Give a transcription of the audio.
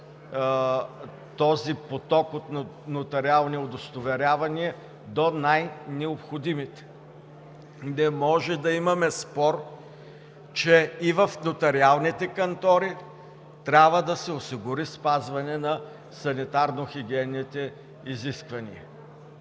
този поток от нотариални удостоверявания до най-необходимите. Не може да имаме спор, че и в нотариалните кантори трябва да се осигури спазване на санитарно-хигиенните изисквания.